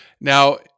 Now